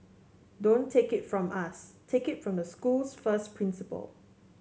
don't take it from us take it from the school's first principal